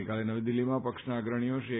ગઈકાલે નવી દિલ્ફીમાં પક્ષના અગ્રણીઓ શ્રી એ